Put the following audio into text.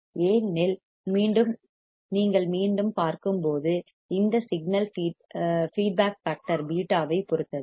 ஏனெனில் நீங்கள் மீண்டும் பார்க்கும்போது இந்த சிக்னல் ஃபீட்பேக் ஃபேக்டர் β ஐப் பொறுத்தது